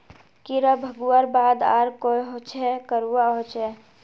कीड़ा भगवार बाद आर कोहचे करवा होचए?